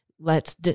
lets